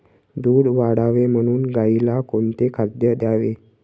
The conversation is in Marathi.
दूध वाढावे म्हणून गाईला कोणते खाद्य द्यावे?